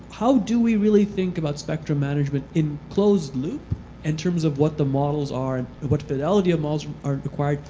how do we really think about spectrum management in closed loop in terms of what the models are and what the fidelity of models are required,